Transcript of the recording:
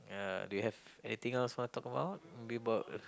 uh do you have anything else want to talk about maybe about